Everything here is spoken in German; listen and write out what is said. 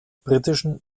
britischen